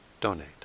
donate